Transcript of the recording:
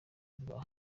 rwa